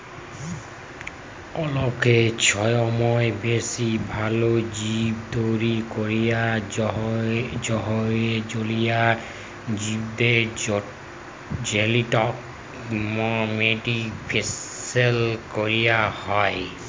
অলেক ছময় বেশি ভাল জীব তৈরি ক্যরার জ্যনহে জলীয় জীবদের জেলেটিক মডিফিকেশল ক্যরা হ্যয়